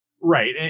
Right